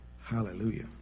Hallelujah